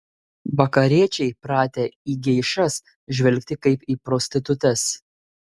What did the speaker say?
vakariečiai pratę į geišas žvelgti kaip į prostitutes